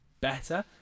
better